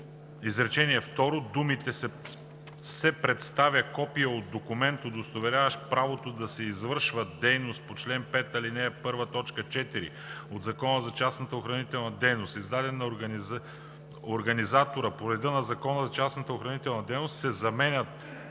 изречение второ думите „се представя копие от документ, удостоверяващ правото да се извършва дейност по чл. 5, ал. 1, т. 4 от Закона за частната охранителна дейност, издаден на организатора по реда на Закона за частната охранителна дейност“ се заменят